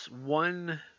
one